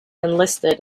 enlisted